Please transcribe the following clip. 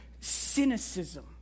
cynicism